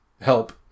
help